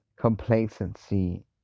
complacency